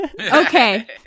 Okay